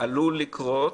עלול לקרות